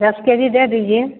दस K G दे दीजिये